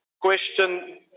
question